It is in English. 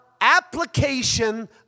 application